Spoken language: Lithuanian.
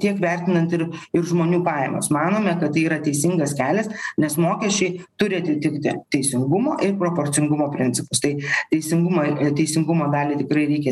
tiek vertinant ir ir žmonių pajamas manome kad tai yra teisingas kelias nes mokesčiai turi atitikti teisingumo ir proporcingumo principus tai teisingumo teisingumo dalį tikrai reikia